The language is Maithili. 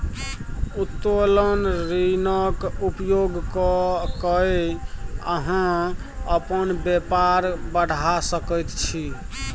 उत्तोलन ऋणक उपयोग क कए अहाँ अपन बेपार बढ़ा सकैत छी